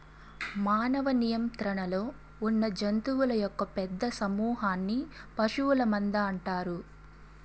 మానవ నియంత్రణలో ఉన్నజంతువుల యొక్క పెద్ద సమూహన్ని పశువుల మంద అంటారు